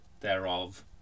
thereof